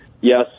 Yes